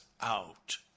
out